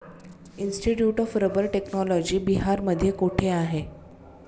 Institute of rubber technology बिहारमध्ये कोठे आहे?